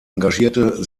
engagierte